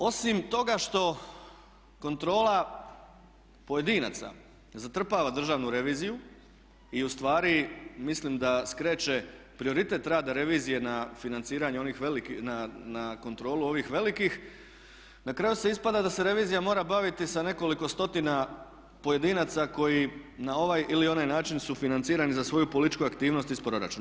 Osim toga što kontrola pojedinaca zatrpava Državnu reviziju i ustvari mislim da skreće prioritet rada revizije na financiranje onih velikih, na kontrolu ovih velikih na kraju ispada da se revizija mora baviti sa nekoliko stotina pojedinaca koji na ovaj ili onaj način su financirani za svoju političku aktivnost iz proračuna.